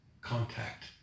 contact